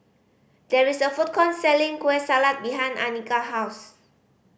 there is a food court selling Kueh Salat behind Annika house